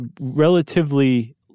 relatively